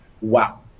wow